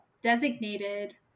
designated